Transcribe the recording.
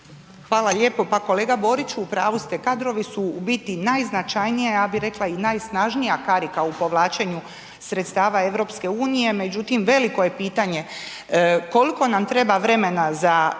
Hvala lijepa. Pa kolega Boriću u pravu ste, kadrovi su u biti najznačajnija ja bi rekla i najsnažnija karika u povlačenju sredstava EU međutim veliko je pita nje koliko nam treba vremena za